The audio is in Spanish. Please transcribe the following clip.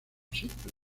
simple